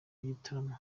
w’igitaramo